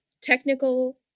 technical